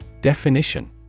Definition